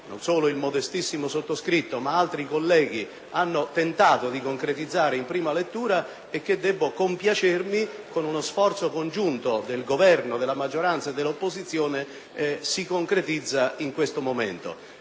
non solo il modestissimo sottoscritto, ma altri colleghi hanno tentato di concretizzare in prima lettura e che - di ciò me ne compiaccio - con uno sforzo congiunto della maggioranza, del Governo e dell'opposizione si concretizza in questo momento.